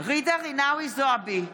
ג'ידא רינאוי זועבי,